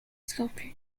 sculptor